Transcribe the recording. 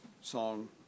song